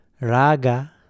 raga